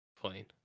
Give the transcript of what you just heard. Plane